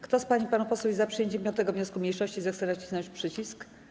Kto z pań i panów posłów jest za przyjęciem 5. wniosku mniejszości, zechce nacisnąć przycisk.